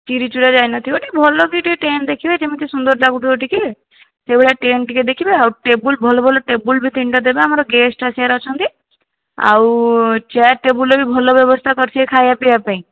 ଚିରି ଚୂରା ଯାଇନଥିବ ଟି ଭଲ କି ଟିକିଏ ଟେଣ୍ଟ ଦେଖିବେ ଯେମିତି ସୁନ୍ଦର ଲାଗୁଥିବା ଟିକିଏ ସେହିଭଳିଆ ଟେଣ୍ଟ ଟିକିଏ ଦେଖିବେ ଆଉ ଟେବଲ୍ ଭଲ ଭଲ ଟେବଲ୍ ବି ତିନିଟା ଦେବେ ଆମର ଗେଷ୍ଟ ଆସିବାର ଅଛନ୍ତି ଆଉ ଚେୟାର୍ ଟେବଲ୍ର ବି ଭଲ ବ୍ୟବସ୍ଥା କରିଥିବେ ଖାଇବା ପିଇବା ପାଇଁ